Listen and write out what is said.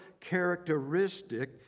characteristic